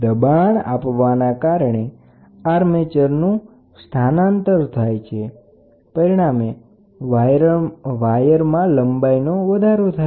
તો દબાણ આપવાના કારણે આર્મેચરનું સ્થાનાંતર થાય છે પરિણામે બંન્ને વાયરની લંબાઈમાં વધારો થાય છે